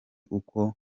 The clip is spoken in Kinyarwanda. uko